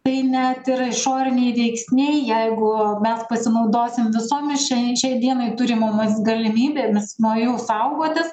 tai net ir išoriniai veiksniai jeigu mes pasinaudosim visomis šiai šiai dienai turimomis galimybėmis nuo jų saugotis